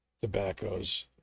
tobaccos